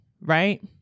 right